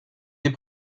des